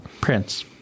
Prince